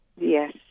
Yes